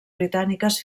britàniques